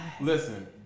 Listen